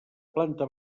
planta